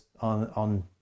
on